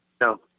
No